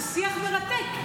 אגב, זה שיח מרתק.